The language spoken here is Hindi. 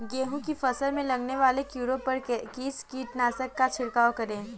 गेहूँ की फसल में लगने वाले कीड़े पर किस कीटनाशक का छिड़काव करें?